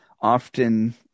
often